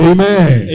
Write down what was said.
Amen